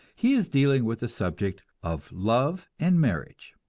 he is dealing with the subject of love and marriage,